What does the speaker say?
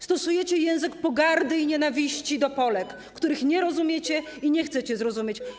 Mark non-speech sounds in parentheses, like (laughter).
Stosujecie język pogardy i nienawiści do Polek, (noise) których nie rozumiecie i nie chcecie zrozumieć.